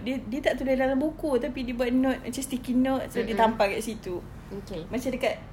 dia dia tak tulis dalam buku tapi dia buat note macam sticky notes dia tampal dekat situ macam dekat